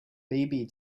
baby